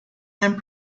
and